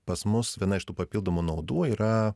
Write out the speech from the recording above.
pas mus viena iš tų papildomų naudų yra